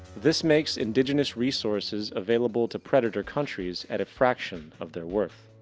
this makes indigenes resources available to predator countries at a fraction of their worth.